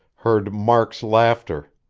heard mark's laughter.